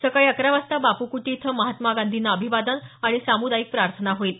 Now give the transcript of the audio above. सकाळी अकरा वाजता बापू कुटी इथं महात्मा गांधींना अभिवादन आणि सामुदायिक प्रार्थना होईल